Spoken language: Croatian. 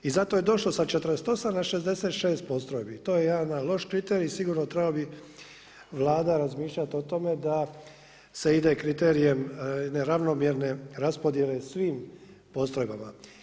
I zato je došlo sa 48 na 66 postrojbi, to je jedan loš kriterij i sigurno trebala bi Vlada razmišljat o tome da se ide kriterijem ravnomjerne raspodjele svim postrojbama.